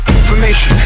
information